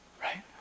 right